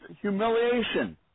humiliation